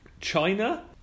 China